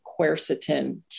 quercetin